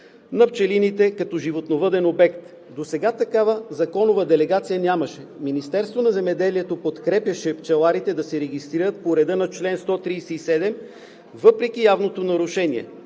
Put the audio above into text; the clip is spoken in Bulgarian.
на пчелините като животновъден обект. Досега такава законова делегация нямаше. Министерството на земеделието подкрепяше пчеларите да се регистрират по реда на чл. 137 въпреки явното нарушение.